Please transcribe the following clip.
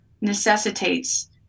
necessitates